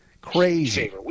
Crazy